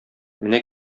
менә